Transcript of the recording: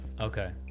Okay